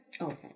Okay